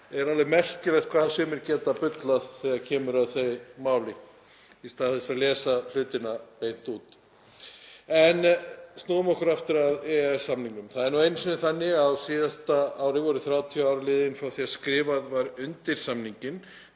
er alveg merkilegt hvað sumir geta bullað þegar kemur að því máli í stað þess að lesa hlutina beint út. En snúum okkur aftur að EES-samningnum. Það er nú einu sinni þannig að á síðasta ári voru 30 ár liðin frá því að skrifað var undir samninginn